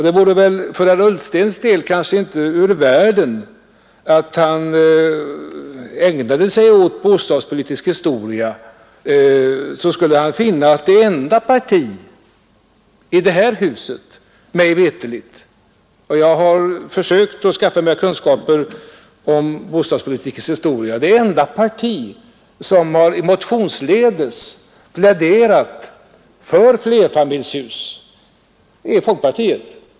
Det vore för herr Ullstens del kanske inte ur vägen att han ägnade sig litet ät bostadspolitisk historia. Jag har försökt skaffa mig kunskaper i bostadspolitikens historia och jag har funnit att det enda parti som motionsledes har pläderat för flerfamiljshus är folkpartiet.